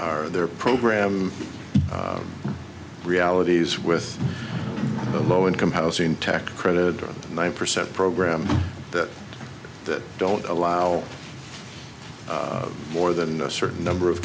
are there program realities with the low income housing tax credit nine percent program that that don't allow more than a certain number of